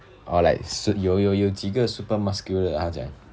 or like sup~ 有有有几个 super muscular 的他讲